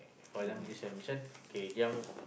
for example this one this one kay giam uh